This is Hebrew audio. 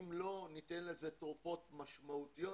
אם לא ניתן לזה תרופות משמעותיות,